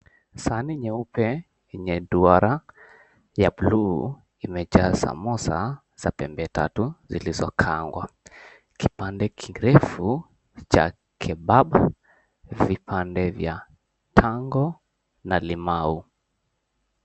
Sahani nyeupe yenye duara ya buluu imejaa samosa za pembe tatu zilizokaangwa, kipande kirefu cha kebabu, vipande vya tango na limau.